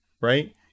Right